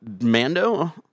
Mando